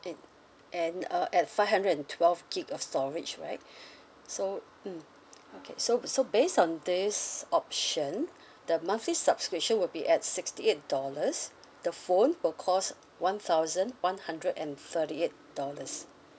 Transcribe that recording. and and uh at five hundred and twelve gig of storage right so mm okay so so based on this option the monthly subscription will be at sixty eight dollars the phone will cost one thousand one hundred and thirty eight dollars